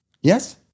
Yes